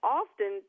often